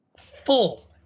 full